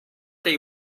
they